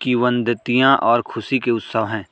किंवदंतियां और खुशी के उत्सव है